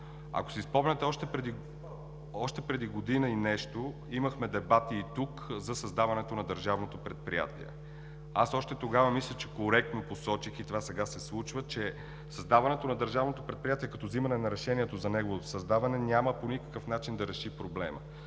Ако си спомняте, още преди година и нещо имахме дебати и тук за създаването на Държавното предприятие. Аз още тогава мисля, че коректно посочих и това сега се случва, че създаването на Държавното предприятие като взимане на решението за неговото създаване, няма по никакъв начин да реши проблема,